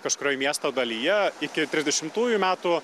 kažkurioj miesto dalyje iki trisdešimtųjų metų